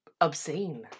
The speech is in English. Obscene